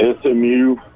SMU